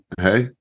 hey